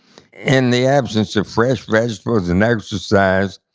in the absence of fresh vegetables and exercise,